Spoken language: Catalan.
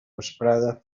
vesprada